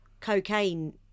cocaine